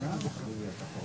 בוקר טוב.